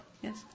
Yes